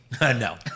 No